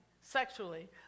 sexually